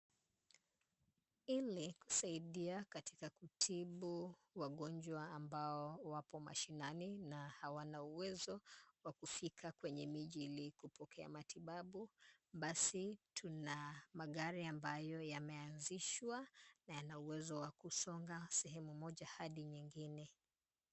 Ili kusaidia katika kutibu wagonjwa ambao wapo mashinani, na hawana uwezo wa kufika kwenye miji ili kupokea matibabu, basi tuna magari ambayo yameanzishwa, na yana uwezo wa kusonga sehemu moja hadi nyingine.